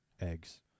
eggs